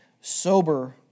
Sober